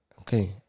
Okay